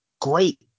great